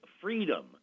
freedom